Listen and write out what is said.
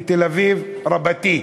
בתל-אביב רבתי.